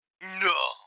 No